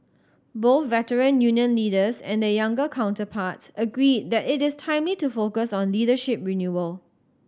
both Veteran Union leaders and their younger counterparts agreed that it is timely to focus on leadership renewal